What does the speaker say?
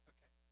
Okay